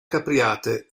capriate